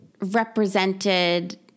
represented